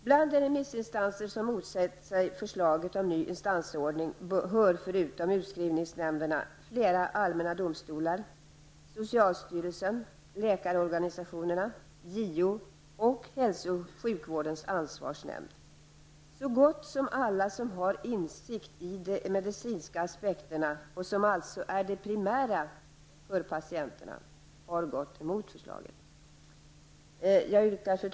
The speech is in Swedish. Bland de remissinstanser som motsätter sig förslaget om ny instansordning finns förutom utskrivningsnämnderna flera allmänna domstolar, socialstyrelsen, läkarorganisationerna, JO och hälso och sjukvårdens ansvarsnämnd. Så gott som alla som har insikt i de medicinska aspekterna, vilket alltså är det primära för patienterna, har gått emot förslaget. Fru talman!